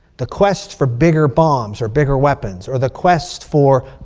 the quest for bigger bombs or bigger weapons. or the quest for,